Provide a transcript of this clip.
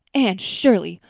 anne shirley,